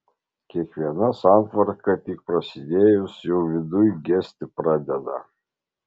kiekviena santvarka tik prasidėjus jau viduj gesti pradeda